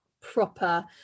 proper